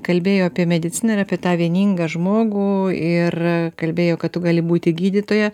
kalbėjo apie mediciną ir apie tą vieningą žmogų ir kalbėjo kad tu gali būti gydytoja